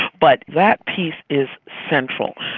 but that piece is central.